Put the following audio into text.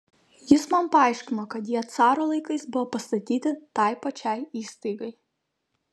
jis man paaiškino kad jie caro laikais buvo pastatyti tai pačiai įstaigai